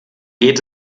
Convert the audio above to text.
geht